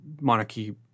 monarchy